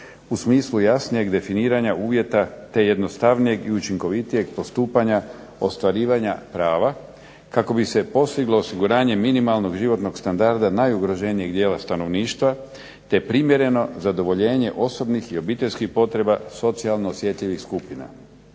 u smislu jasnijeg definiranja uvjeta, te jednostavnijeg i učinkovitijeg postupanja ostvarivanja prava kako bi se postiglo osiguranje minimalnog životnog standarda najugroženijeg dijela stanovništva, te primjereno zadovoljenje osobnih i obiteljskih potreba socijalno osjetljivih skupina.